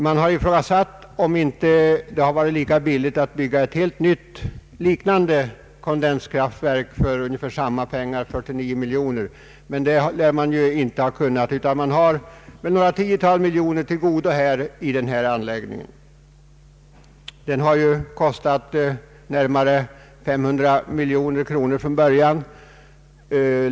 Det har ifrågasatts om det inte hade varit lika billigt att bygga ett helt nytt liknande kondenskraftverk för ungefär samma kostnad, 49 miljoner kronor; detta lär inte ha varit möjligt, utan man har ett tiotal miljoner kronor till godo i denna anläggning. Den har kostat närmare 500 miljoner kronor från början.